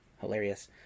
Hilarious